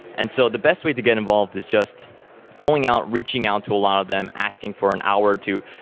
and so the best way to get involved is just going out, reaching out to a lot of them, asking for an hour or two,